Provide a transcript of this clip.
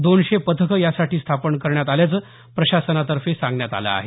दोनशे पथकं यासाठी स्थापन करण्यात आल्याचं प्रशासनातर्फे सांगण्यात आलं आहे